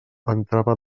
entrava